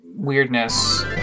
Weirdness